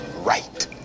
right